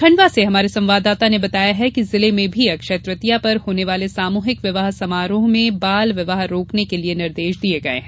खंडवा से हमारे संवाददाता ने बताया है कि जिले में भी अक्षय तृतीया पर होने वाले सामूहिक विवाह समारोह में बाल विवाह रोकने के लिए निर्देश दिये गये हैं